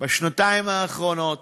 בשנתיים האחרונות